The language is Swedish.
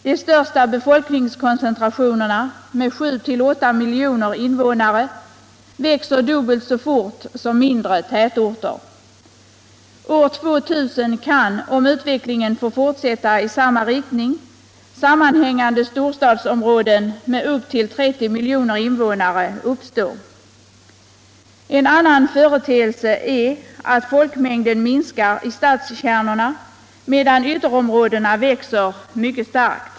De största befolkningskoncentrationerna, med 7—8 miljoner invånare, växer dubbelt så fort som mindre tätorter. År 2000 kan, om utvecklingen får fortsätta i samma riktning, sammanhängande storstadsområden med upp till 30 miljoner invånare uppstå. En annan företcelse är att folkmängden minskar i stadskärnorna, medan ytterområdena växer mycket starkt.